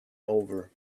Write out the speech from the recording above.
over